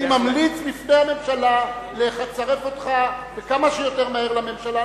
אני ממליץ בפני הממשלה לצרף אותך כמה שיותר מהר לממשלה,